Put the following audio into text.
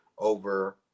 over